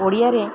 ଓଡ଼ିଆରେ